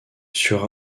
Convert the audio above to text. sur